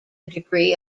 degree